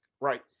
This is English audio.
Right